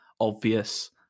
obvious